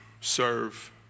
serve